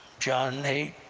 john eight